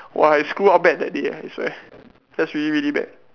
!wah! I screw up bad that day I swear that's really really bad